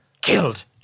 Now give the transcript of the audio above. killed